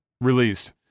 released